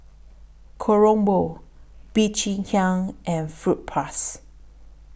Kronenbourg Bee Cheng Hiang and Fruit Plus